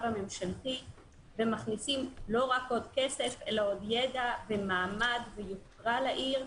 הממשלתי ומכניסים לא רק עוד כסף אלא עוד ידע ומעמד ויוקרה לעיר,